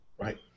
Right